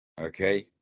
Okay